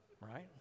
Right